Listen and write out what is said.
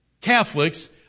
Catholics